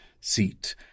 seat